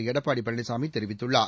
எடப்பாடி பழனிசாமி தெரிவித்துள்ளார்